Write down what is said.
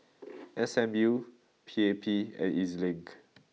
S M U P A P and Ez Link